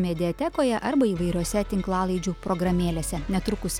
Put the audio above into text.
mediatekoje arba įvairiose tinklalaidžių programėlėse netrukus